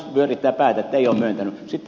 sitten minä perun sen